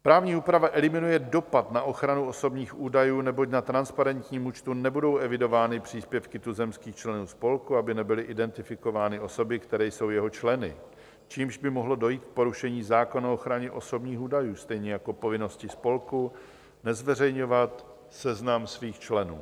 Právní úprava eliminuje dopad na ochranu osobních údajů, neboť na transparentním účtu nebudou evidovány příspěvky tuzemských členů spolku, aby nebyly identifikovány osoby, které jsou jeho členy, čímž by mohlo dojít k porušení zákona o ochraně osobních údajů stejně jako povinnosti spolku nezveřejňovat seznam svých členů.